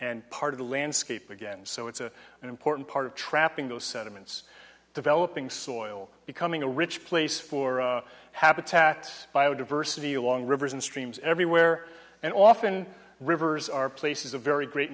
and part of the landscape again so it's an important part of trapping those sediments developing soil becoming a rich place for a habitat biodiversity along rivers and streams everywhere and often rivers are places of very great